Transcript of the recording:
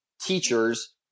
teachers